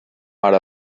ara